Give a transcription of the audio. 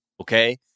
okay